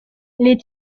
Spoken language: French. les